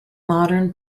modern